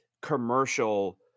commercial